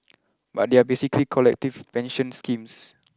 but they are basically collective pension schemes